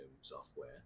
software